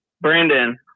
Brandon